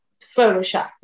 Photoshop